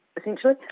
essentially